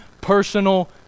personal